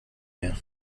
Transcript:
mehr